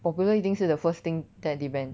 Popular 一定是 the first thing that they ban